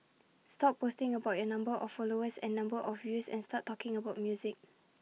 stop posting about your number of followers and number of views and start talking about music